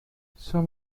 some